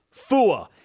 Fua